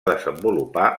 desenvolupar